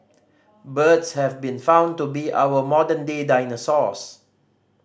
birds have been found to be our modern day dinosaurs